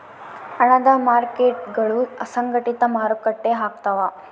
ಹಣದ ಮಾರ್ಕೇಟ್ಗುಳು ಅಸಂಘಟಿತ ಮಾರುಕಟ್ಟೆ ಆಗ್ತವ